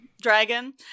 dragon